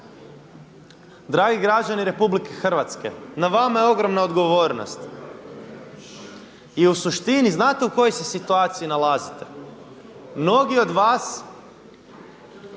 Dragi građani Republike Hrvatske na vama je ogromna odgovornost. I u suštini, znate u kojoj se situaciji nalazite? Mnogi od vas